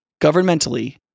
governmentally